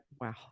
Wow